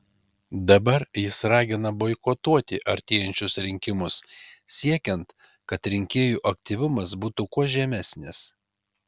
dabar jis ragina boikotuoti artėjančius rinkimus siekiant kad rinkėjų aktyvumas būtų kuo žemesnis